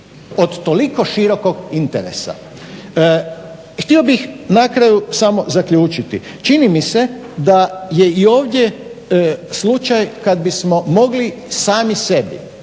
od toliko širokog interesa. Htio bih na kraju samo zaključiti, čini mi se da je i ovdje slučaj kad bismo mogli sami sebi